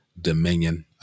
Dominion